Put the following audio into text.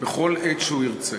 בכל עת שהוא ירצה.